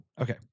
Okay